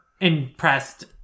impressed